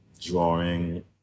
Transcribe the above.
drawing